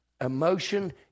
Emotion